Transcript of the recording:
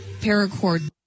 paracord